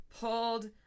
pulled